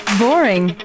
boring